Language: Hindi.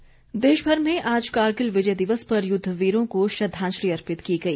विजय दिवस देशभर में आज कारगिल विजय दिवस पर युद्ध वीरों को श्रद्धांजलि अर्पित की गई